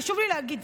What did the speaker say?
חשוב לי להגיד,